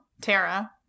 Tara